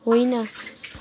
होइन